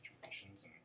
situations